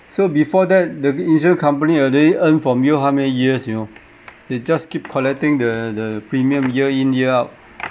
so before that the insurance company uh they earn from you how many years you know they just keep collecting the the premium year in year out